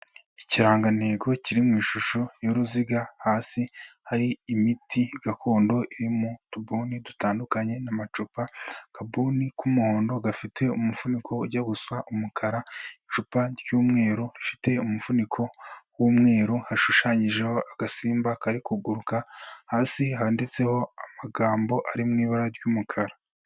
Ikiranga ntego kiri mw’ishusho y'uruziga hasi hari imiti gakondo iri mu tubuni dutandukanye n'amacupa, akabuni k'umuhondo gafite umufuniko ujya gusa umukara, icupa ry'umweru rifite umufuniko w'umweru hashushanyijeho agasimba kari kuguruka hasi handitseho amagambo ari mw’ibara ry'umukara.